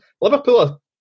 Liverpool